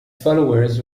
followers